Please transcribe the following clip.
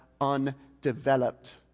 undeveloped